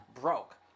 broke